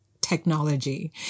technology